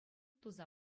туса